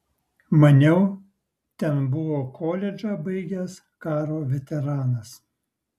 maniau ten buvo koledžą baigęs karo veteranas